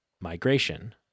migration